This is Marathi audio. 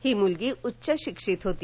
हि मुलगी उच्चशिक्षित होती